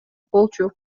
болчу